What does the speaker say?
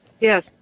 Yes